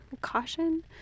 Caution